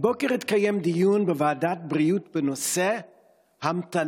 הבוקר התקיים דיון בוועדת הבריאות בנושא ההמתנה